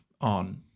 on